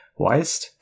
Weist